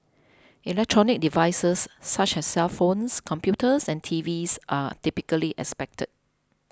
electronic devices such as cellphones computers and T Vs are typically expected